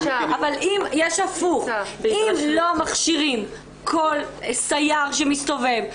אם לא מכשירים כל סייר שמסתובב,